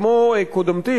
כמו קודמתי,